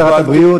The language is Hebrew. שרת הבריאות,